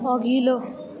अघिल्लो